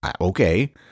okay